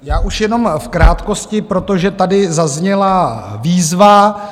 Já už jenom v krátkosti, protože tady zazněla výzva.